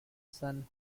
son